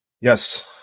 Yes